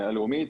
הלאומית,